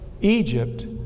Egypt